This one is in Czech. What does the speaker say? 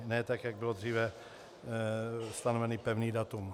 Ne tak, jak bylo dříve stanoveno pevné datum.